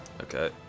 Okay